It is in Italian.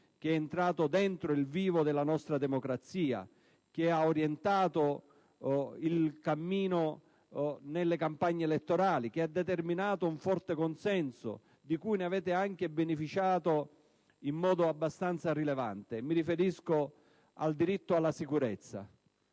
che è entrato nel vivo della nostra democrazia, ha orientato il cammino nelle campagne elettorali e ha determinato un forte consenso, di cui avete beneficiato in modo abbastanza rilevante: mi riferisco al diritto alla sicurezza.